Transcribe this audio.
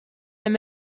and